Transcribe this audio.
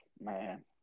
Man